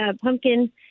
Pumpkin